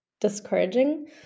discouraging